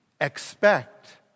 expect